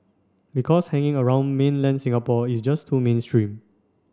because hanging around mainland Singapore is just too mainstream